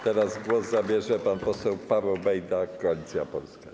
Teraz głos zabierze pan poseł Paweł Bejda, Koalicja Polska.